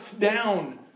down